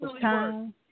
time